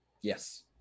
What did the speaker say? Yes